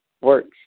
works